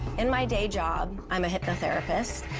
in my day job, i'm a hypnotherapist.